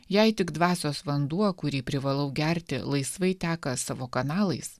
jei tik dvasios vanduo kurį privalau gerti laisvai teka savo kanalais